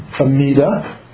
Amida